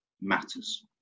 matters